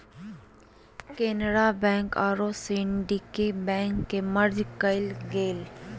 Canara bank आरो syndicate bank के merge कइल गेलय